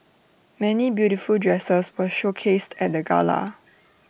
many beautiful dresses were showcased at the gala